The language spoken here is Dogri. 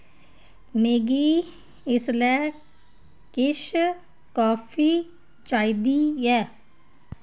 मिगी इसलै किश काफी चाहिदी ऐ